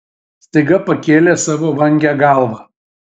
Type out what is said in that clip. staiga pakėlė savo vangią galvą